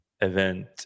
event